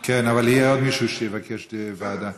כן, אבל יהיה עוד מישהו שיבקש ועדה.